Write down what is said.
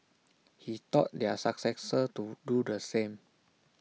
he taught their successors to do the same